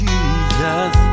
Jesus